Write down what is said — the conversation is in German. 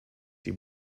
die